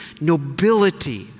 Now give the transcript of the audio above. nobility